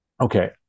Okay